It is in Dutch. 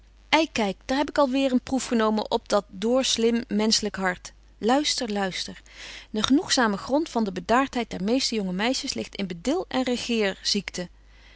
ei kyk daar heb ik al weer een proef genomen op dat door slim menschelyk hart luister luister de genoegzame grond van de bedaartheid der meeste jonge meisjes ligt in bedil en regeer ziekbetje